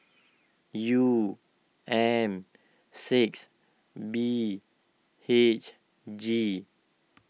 U M six B H G